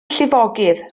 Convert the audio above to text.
llifogydd